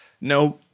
No